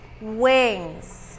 Wings